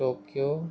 Tokyo